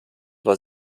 war